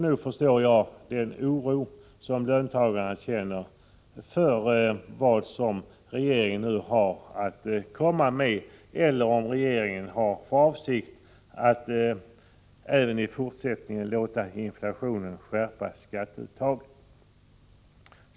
Nog förstår jag löntagarnas oro för vad regeringen nu har att komma med och för att regeringen även i fortsättningen kommer att låta inflationen skärpa skatteuttaget.